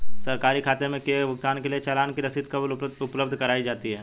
सरकारी खाते में किए गए भुगतान के लिए चालान की रसीद कब उपलब्ध कराईं जाती हैं?